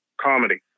comedy